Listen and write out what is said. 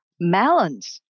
melons